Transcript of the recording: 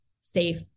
safe